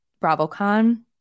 BravoCon